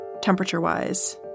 temperature-wise